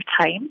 time